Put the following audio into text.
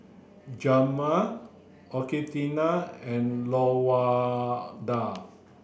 Jemal Augustina and Lawanda